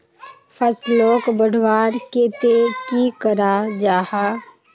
फसलोक बढ़वार केते की करा जाहा?